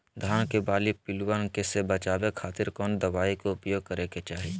धान के बाली पिल्लूआन से बचावे खातिर कौन दवाई के उपयोग करे के चाही?